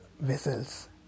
vessels